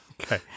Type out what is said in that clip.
Okay